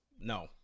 no